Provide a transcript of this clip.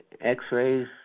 x-rays